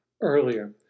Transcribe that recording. earlier